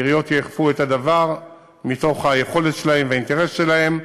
העיריות יאכפו את הדבר מתוך היכולת שלהן והאינטרס שלהן,